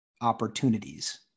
opportunities